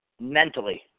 mentally